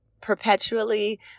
perpetually